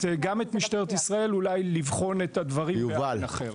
משטרת ישראל אולי לבחון את הדברים בעין אחרת.